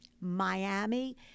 Miami